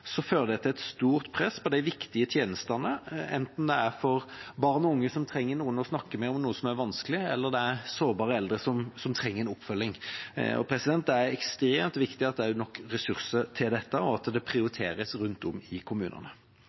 et stort press på de viktige tjenestene, enten det er for barn og unge som trenger noen å snakke med om noe som er vanskelig, eller det er sårbare eldre som trenger en oppfølging. Det er ekstremt viktig at det også er nok ressurser til dette, og at det prioriteres rundt om i kommunene.